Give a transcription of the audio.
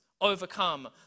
overcome